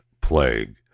plague